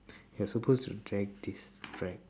you're supposed to drag this drag